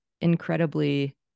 incredibly